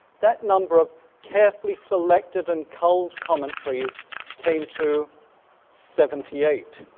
that number of carefully selected and culled commentaries came to seventy eight,